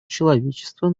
человечества